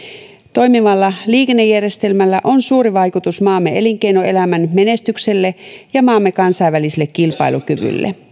toimivalla liikennejärjestelmällä on suuri vaikutus maamme elinkeinoelämän menestykseen ja maamme kansainväliseen kilpailukykyyn